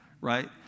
right